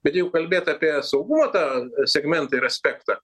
bet jeigu kalbėt apie saugumo tą segmentą ir aspektą